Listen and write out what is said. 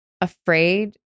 afraid